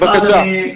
בבקשה.